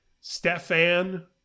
Stefan